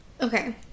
Okay